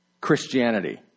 christianity